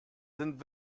sind